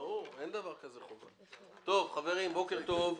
בוקר טוב,